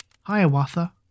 Hiawatha